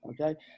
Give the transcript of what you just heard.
Okay